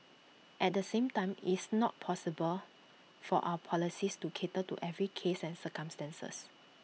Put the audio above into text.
at the same time it's not possible for our policies to cater to every case and circumstances